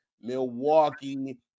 Milwaukee